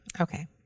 Okay